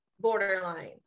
borderline